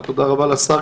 ותודה רבה גם לשר,